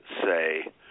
say